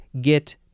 get